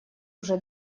уже